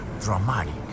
dramatic